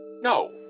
No